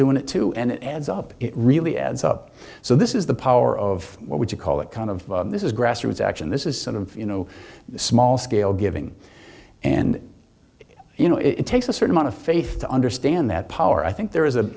doing it too and it adds up it really adds up so this is the power of what would you call it kind of this is grassroots action this is sort of you know small scale giving and you know it takes a certain amount of faith to understand that power i think there is